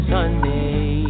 Sunday